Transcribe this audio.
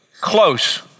close